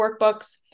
workbooks